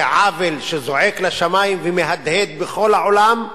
זה עוול שזועק לשמים ומהדהד בכל העולם,